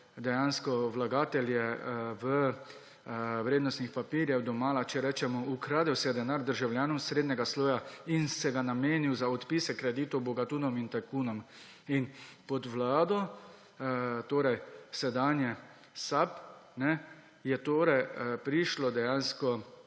vlagatelje vrednostnih papirjev domala se je ukradel denar državljanom srednjega sloja in se ga namenil za odpise kreditov bogatunom in tajkunom. In pod vlado sedanje SAB je torej dejansko